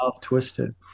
twisted